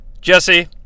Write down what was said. Jesse